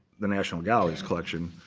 the national gallery's collection,